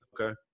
Okay